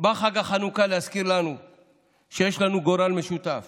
בא חג החנוכה להזכיר לנו שיש לנו גורל משותף